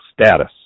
status